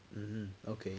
hmm okay